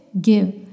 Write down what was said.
give